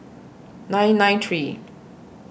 nine nine three